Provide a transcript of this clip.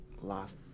last